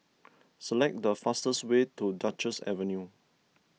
select the fastest way to Duchess Avenue